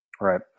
right